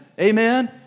Amen